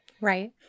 right